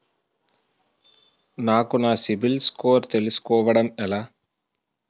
నాకు నా సిబిల్ స్కోర్ తెలుసుకోవడం ఎలా?